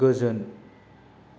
गोजोन